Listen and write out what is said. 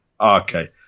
Okay